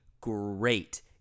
great